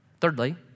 Thirdly